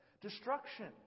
destruction